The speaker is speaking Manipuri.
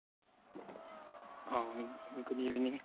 ah good evening